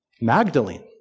Magdalene